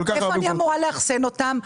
איפה אני אמורה לאחסן אותם?